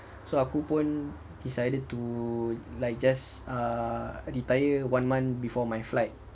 so aku pun decided to like just err retire one month before my flight